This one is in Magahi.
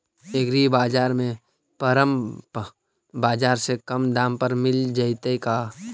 एग्रीबाजार में परमप बाजार से कम दाम पर मिल जैतै का?